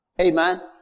Amen